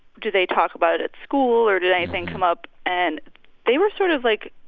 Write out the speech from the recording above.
do they talk about it at school or did anything come up? and they were sort of, like,